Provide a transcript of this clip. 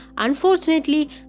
Unfortunately